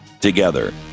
together